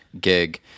gig